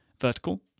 vertical